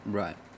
right